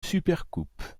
supercoupe